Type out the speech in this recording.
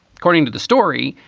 according to the story.